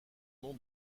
nom